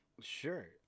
Sure